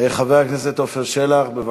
חבר הכנסת עפר שלח, בבקשה.